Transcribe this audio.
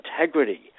integrity